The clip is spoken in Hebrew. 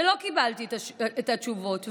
ולא קיבלתי את התשובות,